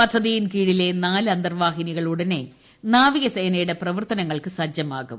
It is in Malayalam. പദ്ധത്ിയിൻകീഴിലെ നാല് അന്തർവാഹിനികൾ ഉടൻ നാവികസേനയുടെ പ്രവർത്തനങ്ങൾക്ക് സജ്ജമാകും